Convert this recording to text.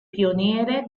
pioniere